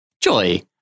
Joy